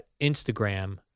Instagram